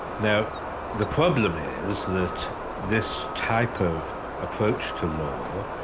now the problem is that this type of approach to law